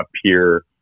appear